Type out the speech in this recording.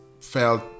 felt